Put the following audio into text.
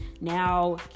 now